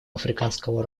африканского